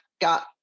got